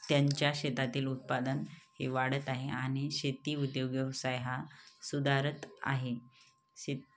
त्यांच्या शेतातील उत्पादन हे वाढत आहे आणि शेती उद्योग व्यवसाय हा सुधारत आहे शेत